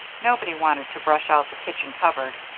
nobody wanted to brush out the kitchen cupboard.